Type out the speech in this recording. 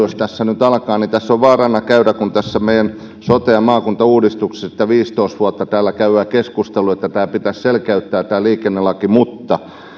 jos tässä nyt alkaa tällainen keskustelu niin tässä on vaarana käydä niin kuin meidän sote ja maakuntauudistuksessa että viisitoista vuotta täällä käydään keskustelua että pitäisi selkeyttää tämä liikennelaki mutta